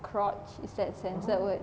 crotch is that censored word